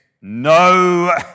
no